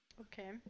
Okay